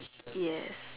yes